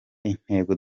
intego